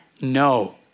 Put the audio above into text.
No